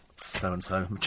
so-and-so